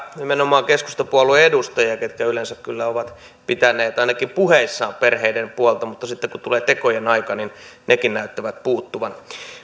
nimenomaan keskustapuolueen edustajia ketkä yleensä kyllä ovat pitäneet ainakin puheissaan perheiden puolta mutta sitten kun tulee tekojen aika niin ne näyttävät puuttuvan